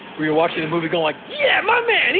where you're watching the moving going like, yeah, my man!